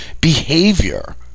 behavior